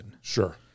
Sure